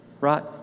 right